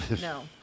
No